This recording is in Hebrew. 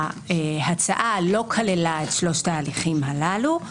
ההצעה לא כללה את שלושת ההליכים הללו.